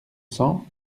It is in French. cents